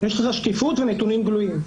יש לך שקיפות ונתונים גלויים.